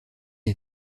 est